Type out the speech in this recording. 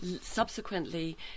subsequently